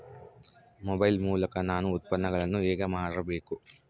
Mobile ಮೂಲಕ ನಾನು ಉತ್ಪನ್ನಗಳನ್ನು ಹೇಗೆ ಮಾರಬೇಕು?